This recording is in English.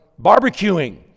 barbecuing